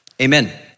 amen